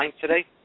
today